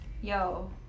yo